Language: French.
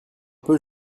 peu